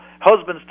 husbands